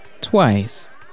twice